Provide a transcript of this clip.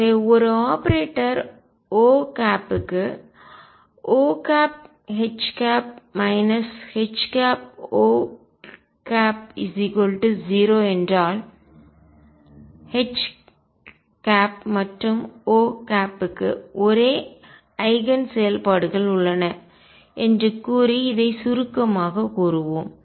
எனவே ஒரு operator O க்கு OH HO0 என்றால் H மற்றும் O க்கு ஒரே ஐகன் செயல்பாடுகள் உள்ளன என்று கூறி இதைச் சுருக்கமாகக் கூறுவோம்